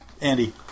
Andy